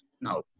No